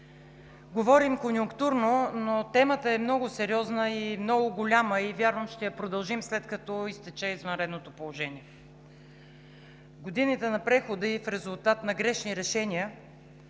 Говорим конюнктурно, но темата е много сериозна, много голяма и вярвам, че ще я продължим и след като изтече извънредното положение. В годините на прехода и в резултат на грешни решения